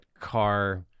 car